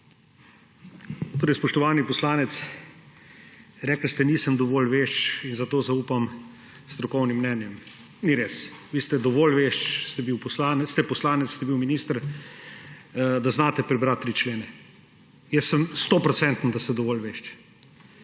Spoštovani poslanec, rekli ste: »Nisem dovolj vešč in zato zaupam strokovnim mnenjem.« Ni res. Vi ste dovolj vešč, ste poslanec, ste bili minister, da znate prebrati tri člene. Jaz sem stoprocenten, da ste dovolj vešč.